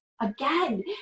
again